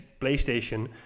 playstation